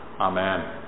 Amen